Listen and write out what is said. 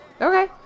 Okay